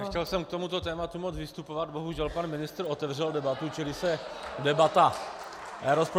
Nechtěl jsem k tomuto tématu moc vystupovat, bohužel pan ministr otevřel debatu, čili se debata rozproudila.